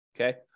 okay